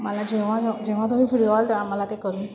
मला जेव्हा जेव्हा जेव्हा तुम्ही फ्री व्हाल तेव्हा मला ते करून